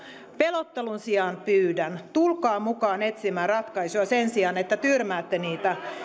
pelottelun sijaan pyydän tulkaa mukaan etsimään ratkaisuja sen sijaan että tyrmäätte niitä